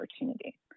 opportunity